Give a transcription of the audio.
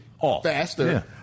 faster